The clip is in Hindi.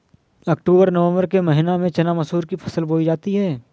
अक्टूबर नवम्बर के महीना में चना मसूर की फसल बोई जाती है?